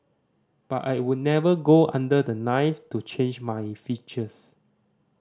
but I would never go under the knife to change my features